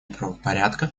правопорядка